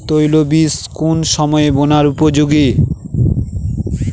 তৈলবীজ কোন সময়ে বোনার উপযোগী?